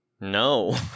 no